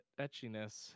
etchiness